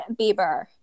Bieber